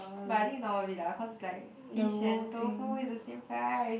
but I think not worth it lah cause like fish and tofu is the same price